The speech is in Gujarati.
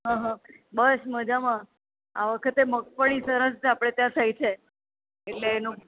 હા હા બસ મજામાં આ વખતે મગફળી સરસ આપણે ત્યાં થઈ છે એટલે એનું